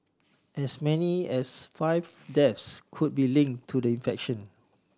as many as five deaths could be link to the infection